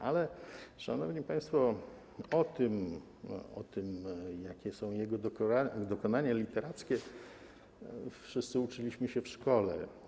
Ale szanowni państwo, o tym, jakie są jego dokonania literackie, wszyscy uczyliśmy się w szkole.